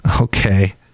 Okay